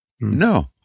no